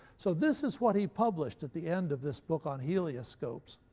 so this is what he published at the end of this book on helioscopes,